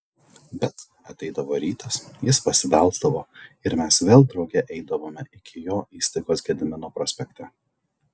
bet ateidavo rytas jis pasibelsdavo ir mes vėl drauge eidavome iki jo įstaigos gedimino prospekte